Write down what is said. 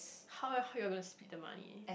how eh how are you going to split the money